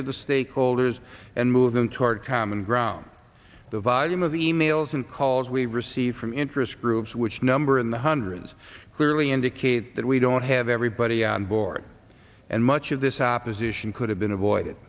to the stakeholders and move them toward common ground the volume of e mails and calls we receive from interest groups which number in the hundreds clearly indicate that we don't have everybody on board and much of this opposition could have been avoided